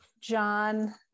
John